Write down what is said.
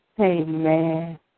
Amen